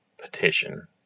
petition